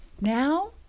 now